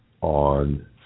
On